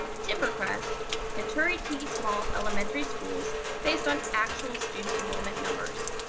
timber crest and turie t. small elementary schools based on actual student enrollment numbers,